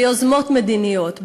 ביוזמות מדיניות,